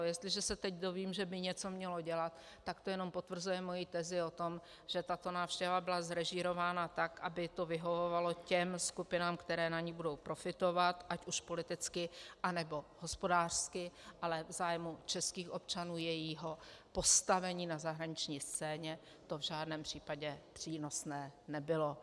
Jestliže se teď dozvím, že by něco mělo dělat, tak to jenom potvrzuje moji tezi o tom, že tato návštěva byla zrežírována tak, aby to vyhovovalo těm skupinám, které na ní budou profitovat ať už politicky, anebo hospodářsky, ale v zájmu českých občanů, jejich postavení na zahraniční scéně to v žádném případě přínosné nebylo.